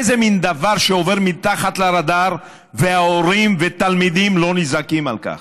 איזה מין דבר שעובר מתחת לרדאר וההורים והתלמידים לא נזעקים על כך?